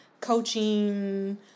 coaching